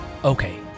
okay